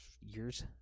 Years